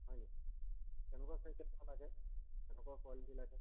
হয়নি কেনেকুৱা চাইকেল বা লাগে কেনেকুৱা কোৱালিটি লাগে